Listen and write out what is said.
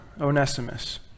Onesimus